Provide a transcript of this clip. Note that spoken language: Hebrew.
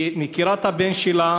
היא מכירה את הבן שלה,